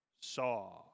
saw